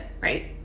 right